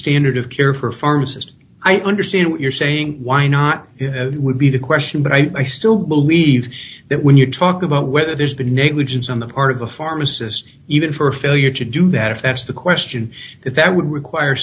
standard of care for a pharmacist i understand what you're saying why not it would be the question but i still believe that when you talk about whether there's the negligence on the part of the pharmacist even for failure to do that if that's the question that would require